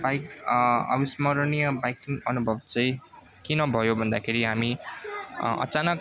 bike अविस्मरणीय biking अनुभव चाहिँ किन भयो भन्दाखेरि हामी अचानक